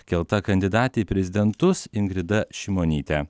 kelta kandidatė į prezidentus ingrida šimonytė